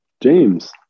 James